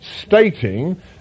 stating